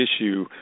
issue